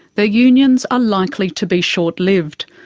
their unions are likely to be short-lived.